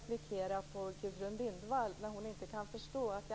Fru talman!